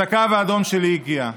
אז הקו האדום שלי הגיע,